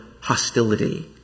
hostility